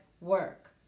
work